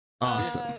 Awesome